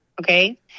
Okay